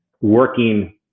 working